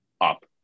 up